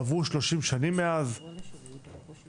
עברו 30 שנים מאז, התקדמנו,